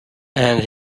and